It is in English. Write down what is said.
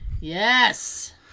Yes